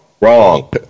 Wrong